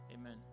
Amen